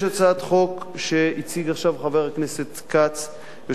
יש הצעת חוק שהציג עכשיו חבר הכנסת כץ,